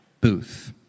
booth